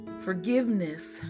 Forgiveness